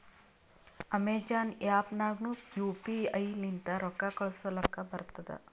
Amazon app ನಾಗ್ನು UPI ಲಿಂತ ರೊಕ್ಕಾ ಕಳೂಸಲಕ್ ಬರ್ತುದ್